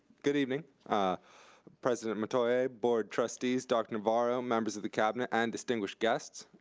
good evening. president metoyer, board trustees, dr. navarro, members of the cabinet, and distinguished guests.